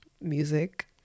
music